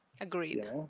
Agreed